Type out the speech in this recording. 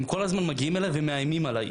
הם כל הזמן מגיעים אליי ומאיימים עליי.